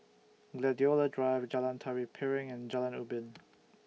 Gladiola Drive Jalan Tari Piring and Jalan Ubin